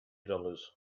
dollars